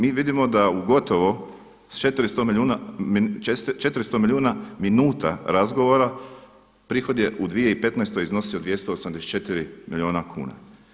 Mi vidimo da u gotovo 400 milijuna minuta razgovora prihod je u 2015. iznosio 284 milijuna kuna.